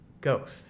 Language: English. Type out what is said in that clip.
Ghost